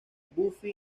buffy